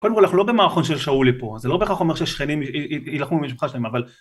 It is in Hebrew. קודם כל אנחנו לא במערכון של שאולי פה זה לא בכך אומר שהשכנים יילחמו במשפחה שלהם אבל